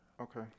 Okay